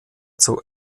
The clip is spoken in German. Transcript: zur